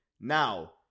Now